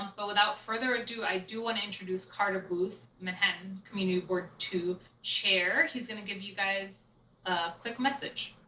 um but without further ado, i do wanna introduce carter booth, manhattan community board two chair. he's gonna give you guys a quick message.